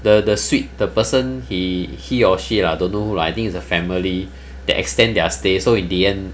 the the suite the person he he or she lah don't know who lah I think it's a family they extend their stay so in the end